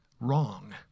wrong